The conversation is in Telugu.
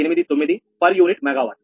8189 పర్ యూనిట్ మెగావాట్